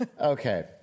Okay